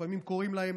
לפעמים קוראים להן